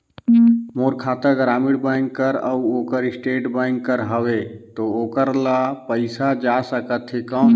मोर खाता ग्रामीण बैंक कर अउ ओकर स्टेट बैंक कर हावेय तो ओकर ला पइसा जा सकत हे कौन?